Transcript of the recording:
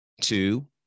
two